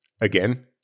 again